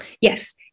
Yes